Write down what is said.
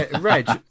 Reg